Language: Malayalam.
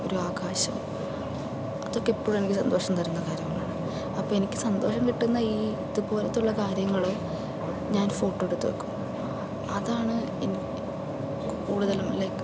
ഒരു ആകാശം അതൊക്കെ എപ്പോഴും എനിക്ക് സന്തോഷം തരുന്ന കാര്യമാണ് അപ്പോൾ എനിക്ക് സന്തോഷം കിട്ടുന്ന ഈ ഇതുപോലെത്തെ ഉള്ള കാര്യങ്ങള് ഞാൻ ഫോട്ടോ എടുത്തു വയ്ക്കും അതാണ് എനിക്ക് കൂടുതലും